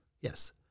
Yes